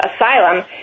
asylum